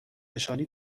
نشانی